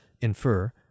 infer